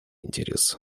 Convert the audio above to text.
интерес